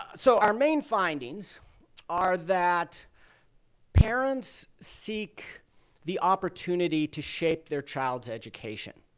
so our main findings are that parents seek the opportunity to shape their child's education.